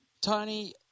Tony